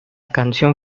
canción